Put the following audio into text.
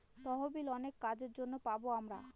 তহবিল অনেক কাজের জন্য পাবো আমরা